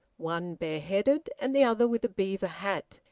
one bareheaded and the other with a beaver hat,